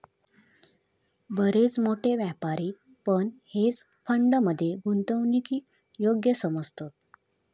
बरेच मोठे व्यापारी पण हेज फंड मध्ये गुंतवणूकीक योग्य समजतत